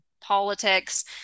politics